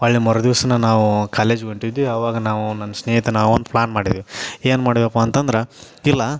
ಹೊರ್ಳಿ ಮರುದಿವ್ಸನೇ ನಾವು ಕಾಲೇಜಿಗೆ ಹೊಂಟಿದ್ವಿ ಅವಾಗ ನಾವು ನಮ್ಮ ಸ್ನೇಹಿತ ನಾವೊಂದು ಪ್ಲ್ಯಾನ್ ಮಾಡಿದ್ವಿ ಏನು ಮಾಡಿವಪ್ಪ ಅಂತಂದ್ರೆ ಇಲ್ಲ